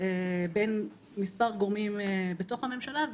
בין מספר גורמים בתוך הממשלה.